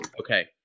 Okay